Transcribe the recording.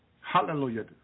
Hallelujah